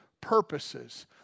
purposes